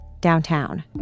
downtown